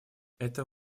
это